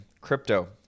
Crypto